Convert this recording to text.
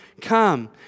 come